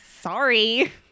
Sorry